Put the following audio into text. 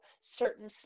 certain